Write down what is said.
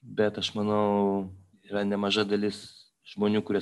bet aš manau yra nemaža dalis žmonių kurie